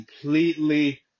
completely